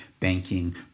Banking